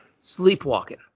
sleepwalking